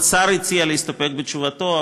השר הציע להסתפק בתשובתו,